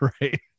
right